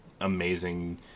amazing